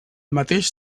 mateix